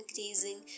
increasing